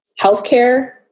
healthcare